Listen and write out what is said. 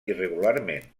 irregularment